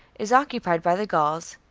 is occupied by the gauls,